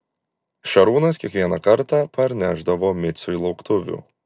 šarūnas kiekvieną kartą parnešdavo miciui lauktuvių